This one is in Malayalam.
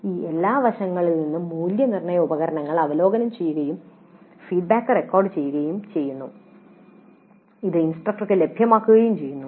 ഈ എല്ലാ വശങ്ങളിൽ നിന്നും മൂല്യനിർണ്ണയ ഉപകരണങ്ങൾ അവലോകനം ചെയ്യുകയും ഫീഡ്ബാക്ക് റെക്കോർഡുചെയ്യുകയും അത് ഇൻസ്ട്രക്ടർക്ക് ലഭ്യമാക്കുകയും ചെയ്യുന്നു